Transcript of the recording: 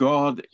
God